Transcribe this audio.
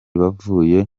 bavuye